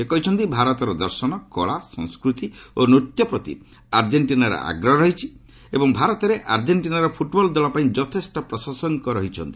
ସେ କହିଛନ୍ତି ଭାରତର ଦର୍ଶନ କଳା ସଂସ୍କୃତି ଓ ନୂତ୍ୟ ପ୍ରତି ଆର୍ଜେଷ୍ଟିନାର ଆଗ୍ରହ ରହିଛି ଏବଂ ଭାରତରେ ଆର୍ଜେଣ୍ଟିନାର ଫୁଟବଲ୍ ଦଳ ପାଇଁ ଯଥେଷ୍ଟ ପ୍ରଶଂସକ ରହିଛନ୍ତି